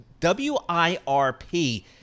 WIRP